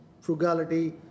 frugality